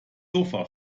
sofa